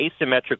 asymmetric